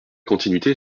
continuité